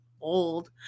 old